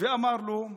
ואמר לו: